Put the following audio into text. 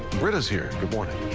britta is here. good morning.